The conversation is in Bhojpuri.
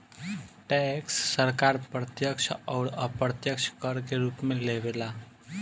टैक्स सरकार प्रत्यक्ष अउर अप्रत्यक्ष कर के रूप में लेवे ला